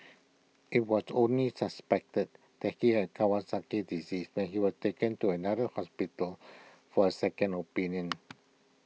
IT was only suspected that he had Kawasaki disease when he was taken to another hospital for A second opinion